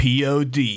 pod